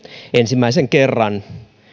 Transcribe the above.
ensimmäisen kerran